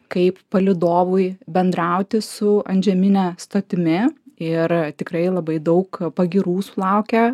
kaip palydovui bendrauti su antžemine stotimi ir tikrai labai daug pagyrų sulaukė